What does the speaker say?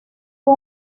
fue